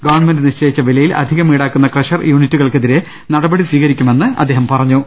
government നിശ്ചയിച്ച വിലയിൽ അധികം ഈടാക്കുന്ന ക്രഷർ യൂണിറ്റുകൾക്കെതിരെ നടപടി സ്വീകരിക്കുമെന്നും കലക്ടർ അറിയിച്ചു